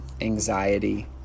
anxiety